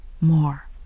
more